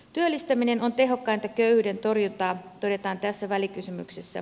työllistäminen on tehokkainta köyhyyden torjuntaa todetaan tässä välikysymyksessä